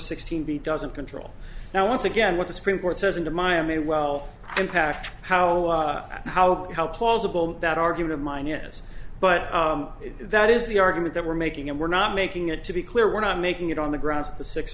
sixteen b doesn't control now once again what the supreme court says in the miami wealth impact how how how plausible that argument mine yes but that is the argument that we're making and we're not making it to be clear we're not making it on the grounds